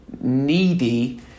needy